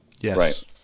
Yes